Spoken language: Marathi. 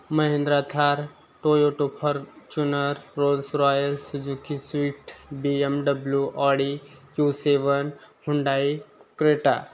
Mahindra Thar Toyota Fortuner rolls royce Suzuki Swift B M W Audi Q seven Hyundai Creta